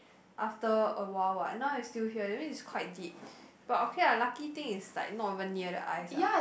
after a while what now it's still here that means it's quite deep but okay ah lucky thing is like not even near the eyes ah